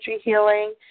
healing